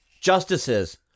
justices